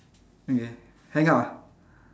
okay hang up ah